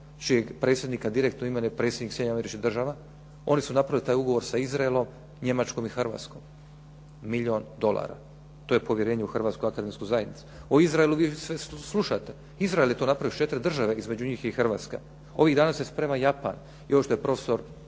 čijeg predsjednika imenuje predsjednik Sjedinjenih Američkih Država. Oni su napravili taj ugovor sa Izraelom, Njemačkom i Hrvatskom. Milijun dolara. To je povjerenje u Hrvatsku akademsku zajednicu. O Izraelu sve slušate. Izrael je to napravio s 4 države, između njih je i Hrvatska. Ovih dana se sprema Japan. I ovo što je profesor